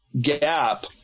gap